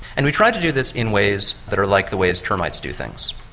and we tried to do this in ways that are like the ways termites do things.